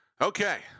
Okay